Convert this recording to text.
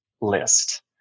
list